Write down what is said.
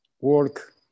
work